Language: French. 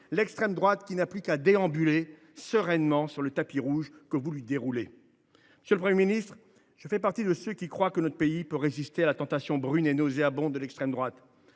extrême droite qui n’a plus qu’à déambuler sereinement sur le tapis rouge que vous lui déroulez ! Monsieur le Premier ministre, je fais partie de ceux qui croient que notre pays peut résister à la tentation brune et nauséabonde de l’extrême droite.